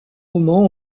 romans